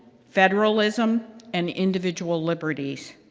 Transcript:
federalism and individual liberties.